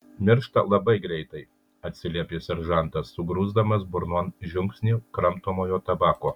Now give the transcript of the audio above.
miršta labai greitai atsiliepė seržantas sugrūsdamas burnon žiupsnį kramtomojo tabako